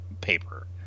paper